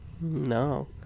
no